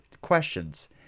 questions